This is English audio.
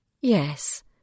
Yes